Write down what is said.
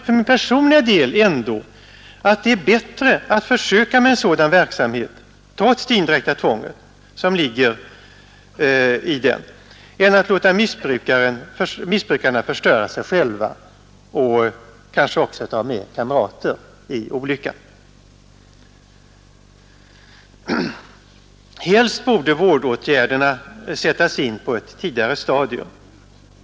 För min personliga del tycker jag ändå att det är bättre att försöka med en sådan verksamhet trots det indirekta tvång som den innebär än att låta missbrukarna förstöra sig själva och kanske också dra med kamrater i olyckan. Helst borde vårdåtgärderna sättas in på ett tidigare stadium.